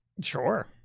Sure